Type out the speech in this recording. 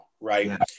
Right